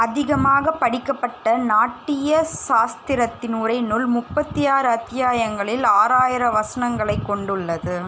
அதிகமாகப் படிக்கப்பட்ட நாட்டிய சாஸ்திரத்தின் உரை நூல் முப்பத்தி ஆறு அத்தியாயங்களில் ஆறாயிரம் வசனங்களைக் கொண்டுள்ளது